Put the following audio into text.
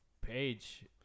Page